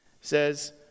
says